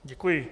Děkuji.